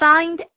Find